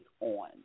on